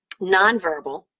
nonverbal